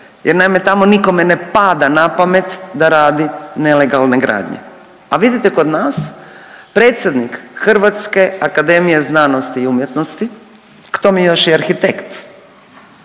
jer naime tamo nikome ne pada na pamet da radi nelegalne gradnje, a vidite kod nas predsjednik HAZU-a k tome još i arhitekt,